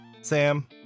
Sam